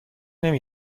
نمی